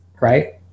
Right